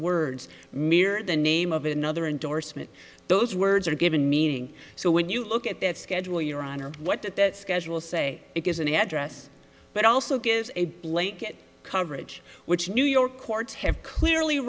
mirror the name of another indorsement those words are given meaning so when you look at that schedule your honor what did that schedule say it is an address but also gives a blanket coverage which new york courts have clearly